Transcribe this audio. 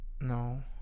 No